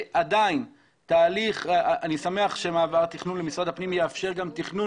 אני שמח שמעבר התכנון למשרד הפנים יאפשר גם תכנון